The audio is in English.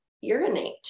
urinate